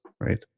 right